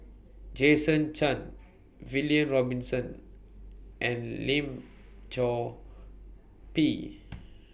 Jason Chan William Robinson and Lim Chor Pee